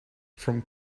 from